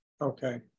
Okay